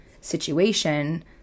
situation